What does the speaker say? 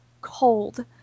cold